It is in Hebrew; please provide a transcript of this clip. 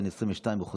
בן 22 מחוסנייה.